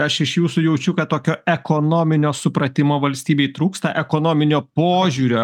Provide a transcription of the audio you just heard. aš iš jūsų jaučiu kad tokio ekonominio supratimo valstybei trūksta ekonominio požiūrio